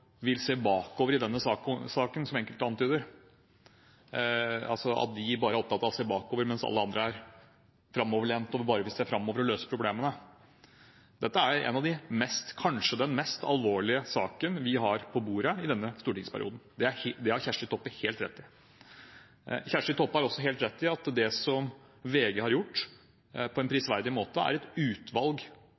vil se bakover i denne saken – som enkelte antyder – bare er opptatt av å se bakover, mens alle andre er framoverlent og bare vil se framover og løse problemene. Dette er kanskje den mest alvorlige saken vi har hatt på bordet i denne stortingsperioden. Det har representanten Kjersti Toppe helt rett i. Kjersti Toppe har også helt rett i at det som VG har gjort på en prisverdig måte, er et utvalg